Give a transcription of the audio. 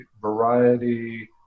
variety